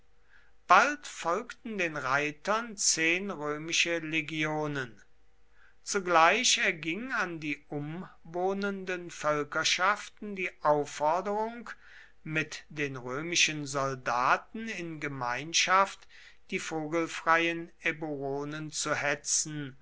bald folgten den reitern zehn römische legionen zugleich erging an die umwohnenden völkerschaften die aufforderung mit den römischen soldaten in gemeinschaft die vogelfreien eburonen zu hetzen